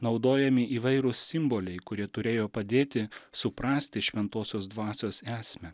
naudojami įvairūs simboliai kurie turėjo padėti suprasti šventosios dvasios esmę